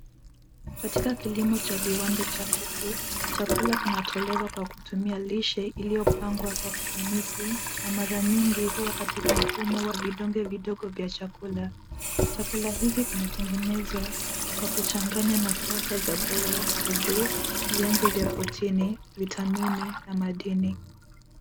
Katika kilimo cha viwanda cha kuku, chakula tolewa Kwa kutumia lishe iliyopangwa Kwa ufanisi na mara nyingi huwa katika mfumo wa vidonge vidogo vya chakula. Chakula hiki kinatengenezwa Kwa kuchanganya nafaka za bora wa juu vianzo vya proteni, vitamini na madini.